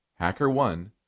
HackerOne